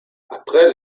après